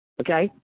okay